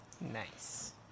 Nice